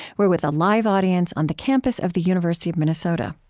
we're with a live audience on the campus of the university of minnesota